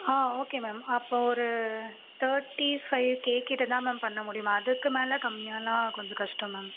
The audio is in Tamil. ஆ ஓகே மேம் அப்போ ஒரு தேர்ட்டி ஃபைவ் கே கிட்டே தான் மேம் பண்ண முடியும் அதுக்கு மேல் கம்மியாகலாம் கொஞ்சம் கஷ்டம் மேம்